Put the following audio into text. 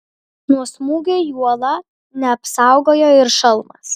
nuo smūgio į uolą neapsaugojo ir šalmas